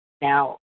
Now